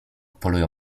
polują